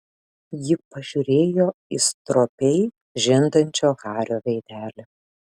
ji pažiūrėjo į stropiai žindančio hario veidelį